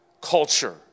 Culture